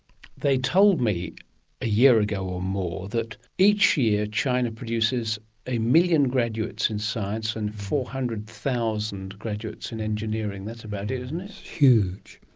they told me a year ago or more that each year china produces a million graduates in science and four hundred thousand graduates in engineering. that's about it, isn't it? it's huge.